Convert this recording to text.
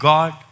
God